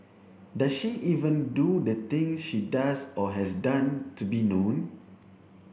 does she even do the things she does or has done to be known